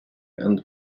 and